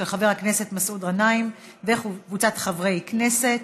של חבר הכנסת מסעוד גנאים וקבוצת חברי הכנסת.